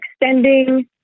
extending